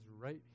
right